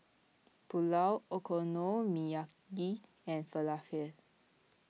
Pulao Okonomiyaki and Falafel